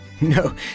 No